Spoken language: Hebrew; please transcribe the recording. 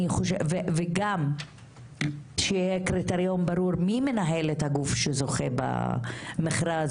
וגם שיהיה קריטריון ברור מי מנהל את הגוף שזוכה במכרז